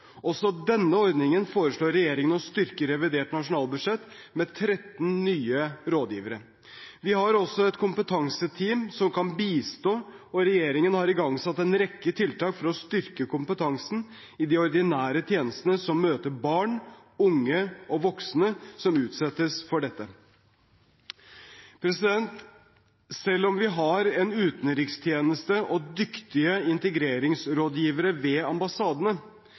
Også denne ordningen foreslår regjeringen å styrke i revidert nasjonalbudsjett, med 13 nye rådgivere. Vi har også et kompetanseteam som kan bistå, og regjeringen har igangsatt en rekke tiltak for å styrke kompetansen i de ordinære tjenestene som møter barn, unge og voksne som utsettes for dette. Selv om vi har en utenrikstjeneste og dyktige integreringsrådgivere ved ambassadene,